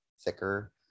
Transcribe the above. thicker